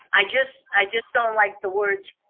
i just i just don't like the words,